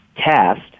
test